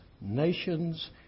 nations